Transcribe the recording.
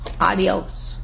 Adios